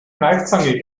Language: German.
kneifzange